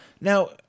Now